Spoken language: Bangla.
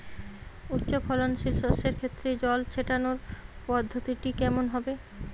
উচ্চফলনশীল শস্যের ক্ষেত্রে জল ছেটানোর পদ্ধতিটি কমন হবে?